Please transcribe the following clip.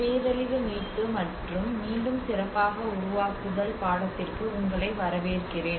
பேரழிவு மீட்பு மற்றும் மீண்டும் சிறப்பாக உருவாக்குதல் பாடத்திற்கு உங்களை வரவேற்கிறேன்